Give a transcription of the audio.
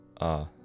Ah